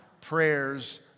prayers